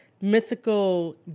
mythical